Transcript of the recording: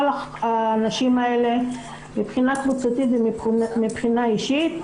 האנשים האלה מבחינה קבוצתית ומבחינה אישית.